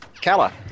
Kala